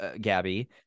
Gabby